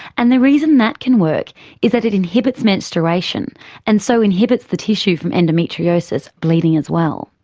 and the reason that can work is that it inhibits menstruation and so inhibits the tissue from endometriosis bleeding as well.